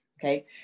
okay